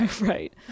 right